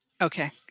Okay